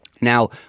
Now